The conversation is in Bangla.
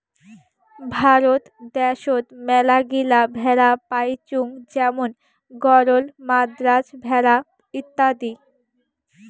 ভারত দ্যাশোত মেলাগিলা ভেড়া পাইচুঙ যেমন গরল, মাদ্রাজ ভেড়া ইত্যাদি